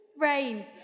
rain